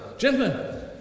Gentlemen